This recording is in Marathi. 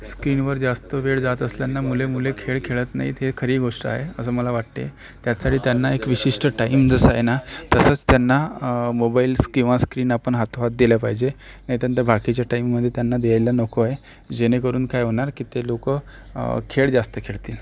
स्कीनवर जास्त वेळ जात असल्यानं मुले मुले खेळ खेळत नाहीत ही खरी गोष्ट आहे असं मला वाटते त्याचसाठी त्यांना एक विशिष्ट टाइम जसा आहे ना तसाच त्यांना मोबाइल्स किंवा स्क्रीन आपण हाथोहाथ दिले पाहिजे नाहीतर त्या बाकीच्या टाइममध्ये त्यांना द्यायला नको आहे जेणेकरून काय होणार की ते लोक खेळ जास्त खेळतील